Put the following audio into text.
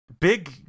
Big